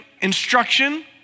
instruction